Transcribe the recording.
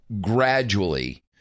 gradually